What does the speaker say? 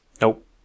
Nope